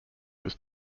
was